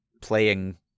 playing